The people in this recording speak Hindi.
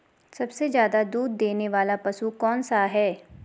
सबसे ज़्यादा दूध देने वाला पशु कौन सा है?